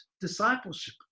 discipleship